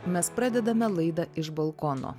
mes pradedame laidą iš balkono